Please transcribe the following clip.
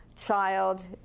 child